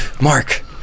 mark